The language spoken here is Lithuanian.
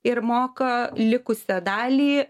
ir moka likusią dalį